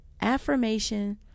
affirmation